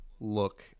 look